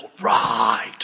right